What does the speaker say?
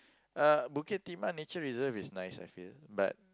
uh Bukit-Timah Nature Reserve is nice I feel but